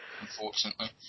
Unfortunately